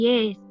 Yes